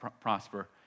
prosper